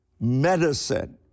medicine